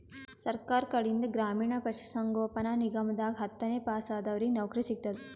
ಸರ್ಕಾರ್ ಕಡೀನ್ದ್ ಗ್ರಾಮೀಣ್ ಪಶುಸಂಗೋಪನಾ ನಿಗಮದಾಗ್ ಹತ್ತನೇ ಪಾಸಾದವ್ರಿಗ್ ನೌಕರಿ ಸಿಗ್ತದ್